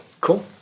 Cool